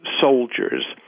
soldiers